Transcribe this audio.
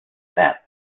that